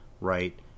right